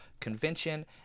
Convention